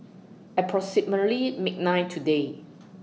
approximately midnight today